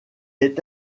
est